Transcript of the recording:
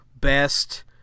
best